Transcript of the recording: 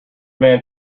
man